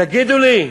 תגידו לי,